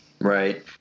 right